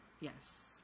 Yes